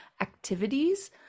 activities